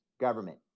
government